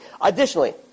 Additionally